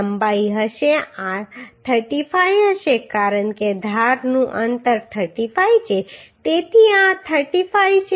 લંબાઈ હશે આ 35 હશે કારણ કે ધારનું અંતર 35 છે તેથી આ 35 છે અને આ 35 છે